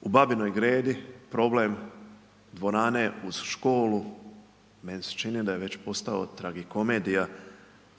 u Babinoj Gredi problem dvorane uz školu, meni se čini da je već postao tragikomedija